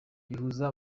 rihuza